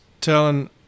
telling